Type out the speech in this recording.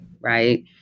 right